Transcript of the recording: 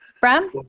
Bram